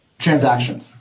transactions